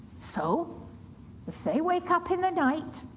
so if they wake up in the night,